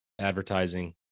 advertising